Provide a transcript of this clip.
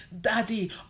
Daddy